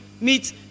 meet